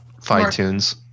fine-tunes